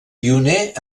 pioner